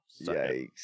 yikes